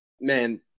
Man